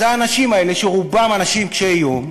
אז האנשים האלה, שרובם אנשים קשי-יום,